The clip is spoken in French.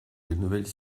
différentes